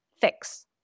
fix